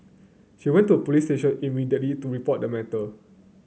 she went to a police station immediately to report the matter